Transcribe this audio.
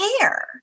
care